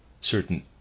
certain